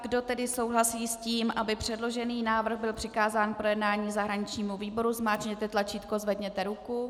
Kdo tedy souhlasí s tím, aby předložený návrh byl přikázán k projednání zahraničnímu výboru, zmáčkněte tlačítko, zvedněte ruku.